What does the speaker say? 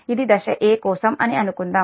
ఇది దశ 'a' కోసం అని అనుకుందాం